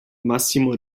massimo